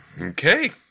Okay